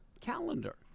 calendar